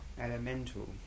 Elemental